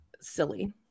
silly